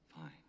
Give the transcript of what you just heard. Fine